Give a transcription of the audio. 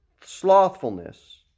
slothfulness